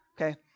Okay